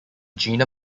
gina